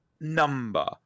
number